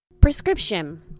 Prescription